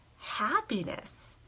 happiness